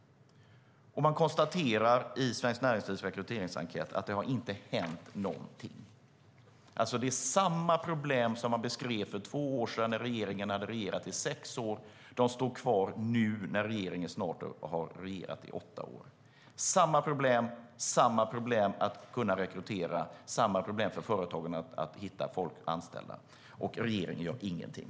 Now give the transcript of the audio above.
Man konstaterar i Svenskt Näringslivs rekryteringsenkät att det inte har hänt någonting. Det är samma problem som man beskrev för två år sedan när regeringen hade regerat i sex år som står kvar nu när regeringen snart har regerat i åtta år. Det är samma problem att kunna rekrytera och samma problem för företagen att hitta människor att anställa, och regeringen gör ingenting.